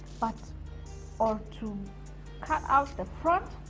but or to cut out the front